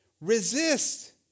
Resist